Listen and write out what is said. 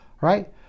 right